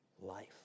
life